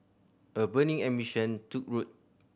a burning ambition took root